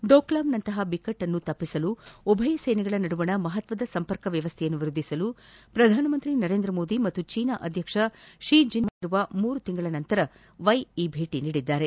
ಡೋಕ್ಲಾಮ್ನಂತಹ ಬಿಕ್ಕಟ್ಟನ್ನು ತಪ್ಪಿಸಲು ಉಭಯ ಸೇನೆಗಳ ನಡುವಣ ಮಹತ್ತದ ಸಂಪರ್ಕ ವ್ಯವಸ್ಥೆಯನ್ನು ವ್ಯದ್ದಿಸಲು ಪ್ರಧಾನಮಂತ್ರಿ ನರೇಂದ್ರಮೋದಿ ಮತ್ತು ಚ್ಲೆನಾ ಅಧ್ಯಕ್ಷ ಕ್ಲಿ ಜಿನ್ಪಿಂಗ್ ಸಮ್ತಿಸಿದ ಮೂರು ತಿಂಗಳ ನಂತರ ವೈ ಈ ಭೇಟಿ ನೀಡಿದ್ದಾರೆ